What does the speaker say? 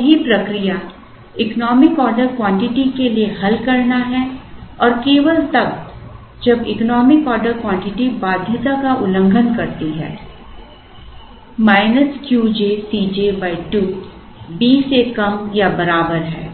तो सही प्रक्रिया इकोनॉमिक ऑर्डर क्वांटिटी के लिए हल करना है और केवल तब जब इकोनॉमिक ऑर्डर क्वांटिटी बाध्यता का उल्लंघन करती है Qj Cj 2 B से कम या बराबर है